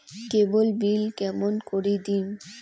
কেবল bill কেমন করি দিম?